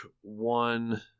one